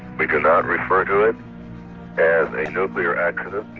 we do not refer to it as a nuclear accident.